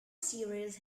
serious